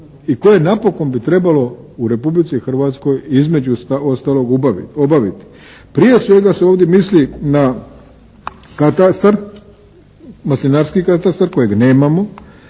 I koje napokon bi trebalo u Republici Hrvatskoj između ostalog obaviti. Prije svega se ovdje misli na katastar, maslinarski katastar kojeg nemamo,